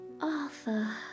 Arthur